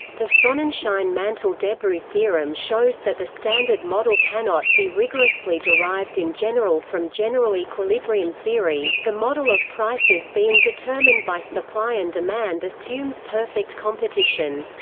the sonnenschein-mantel-debreu theorem shows that the standard model cannot be rigorously derived in general from general equilibrium theory the model of prices being determined by supply and demand assumes perfect competition.